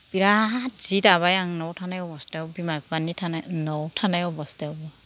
बिराद जि दाबाय आं न'आव थानाय अबस्थायाव बिमा बिफानि न'आव थानाय अबस्थायावबो